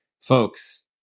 Folks